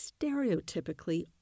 stereotypically